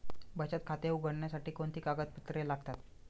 बचत खाते उघडण्यासाठी कोणती कागदपत्रे लागतात?